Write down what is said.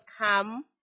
come